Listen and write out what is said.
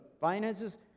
Finances